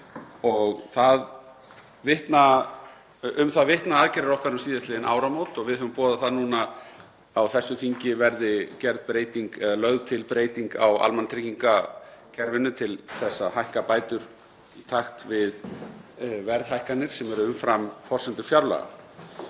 Um það vitna aðgerðir okkar um síðastliðin áramót og nú höfum við boðað að á þessu þingi verði lögð til breyting á almannatryggingakerfinu til þess að hækka bætur í takt við verðhækkanir sem eru umfram forsendur fjárlaga.